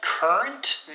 Current